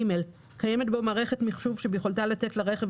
קיימת בו מערכת מחשוב שביכולתה לתת לרכב